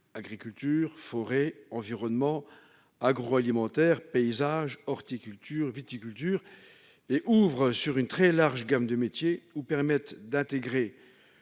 agriculture, forêt, environnement, agroalimentaire, paysage, horticulture, viticulture -et ouvrent sur une très large gamme de métiers ou permettent d'intégrer